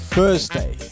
Thursday